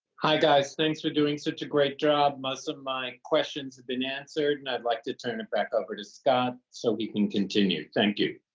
hi guys. thanks for doing such a great job. most of my questions have been answered and i'd like to turn it back over to scott so he can continue thank you.